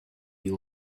you